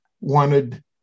wanted